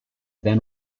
then